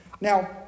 Now